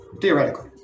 Theoretically